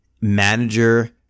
manager